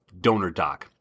DonorDoc